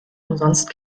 umsonst